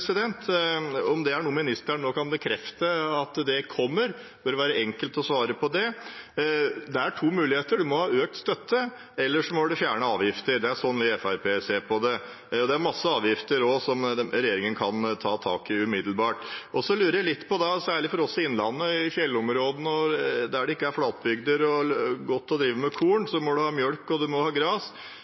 om gjødselstøtte er noe statsråden nå kan bekrefte at kommer. Det bør være enkelt å svare på. Det er to muligheter: Man må ha økt støtte, eller så må man fjerne avgifter. Det er sånn vi i Fremskrittspartiet ser på det. Det er masse avgifter regjeringen kan ta tak i umiddelbart. Særlig for oss i Innlandet, i fjellområdene og der det ikke er flatbygder og godt å drive med korn, må man ha melk, og man må ha gras.